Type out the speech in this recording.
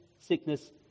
sickness